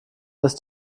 ist